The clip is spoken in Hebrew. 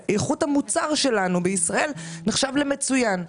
איכות המוצר שלנו בישראל נחשבת מצוינת,